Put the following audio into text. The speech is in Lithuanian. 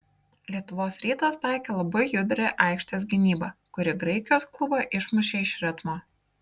lietuvos rytas taikė labai judrią aikštės gynybą kuri graikijos klubą išmušė iš ritmo